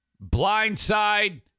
blindside